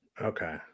okay